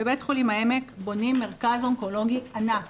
בבית חולים העמק בונים מרכז אונקולוגי ענק